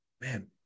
Man